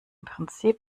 prinzip